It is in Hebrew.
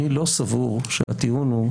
אני לא סבור שהטיעון הוא,